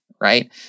right